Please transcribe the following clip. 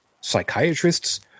psychiatrists